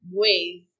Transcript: ways